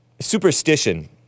superstition